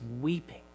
weeping